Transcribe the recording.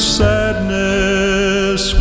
sadness